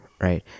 right